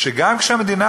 שגם כשהמדינה,